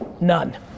None